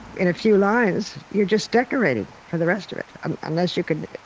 in a few lines, you're just decorating for the rest of it. unless you could